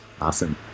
Awesome